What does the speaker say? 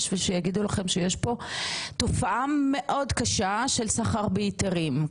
בשביל שיגידו לכם שיש פה תופעה מאוד קשה של סחר בהיתרים?